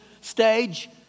stage